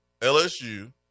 LSU